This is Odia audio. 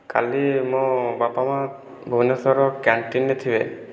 କାଲି ମୋ ବାପା ମା' ଭୁବନେଶ୍ୱର କ୍ୟାଟିନରେ ଥିବେ